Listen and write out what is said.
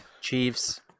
Chiefs